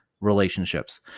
relationships